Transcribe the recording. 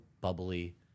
bubbly